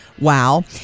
Wow